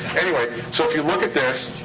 anyway, so if you look at this,